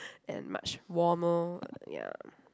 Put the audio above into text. and much warmer ya